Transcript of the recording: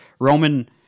Roman